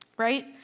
right